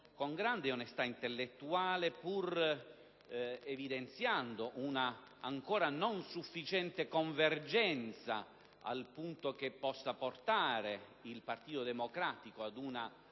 con grande onestà intellettuale, pur evidenziando una ancora non sufficiente convergenza, al punto da portare il Partito Democratico ad una